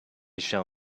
shall